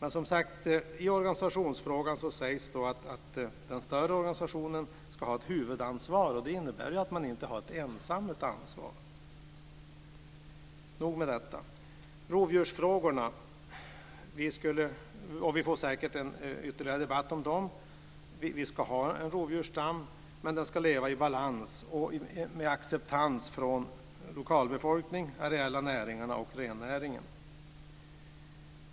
I organisationsfrågan sägs det att den större organisationen ska ha ett huvudansvar. Det innebär ju att man inte ensam har ansvaret. Nog om detta. För det femte har vi rovdjursfrågorna. Vi får säkert ytterligare en debatt om dessa. Vi ska ha en rovdjursstam som ska leva i balans och med acceptans från lokalbefolkning, areella näringar och rennäring.